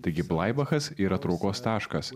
taigi blaibachas yra traukos taškas